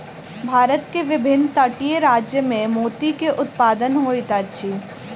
भारत के विभिन्न तटीय राज्य में मोती के उत्पादन होइत अछि